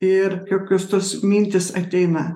ir kokios tos mintys ateina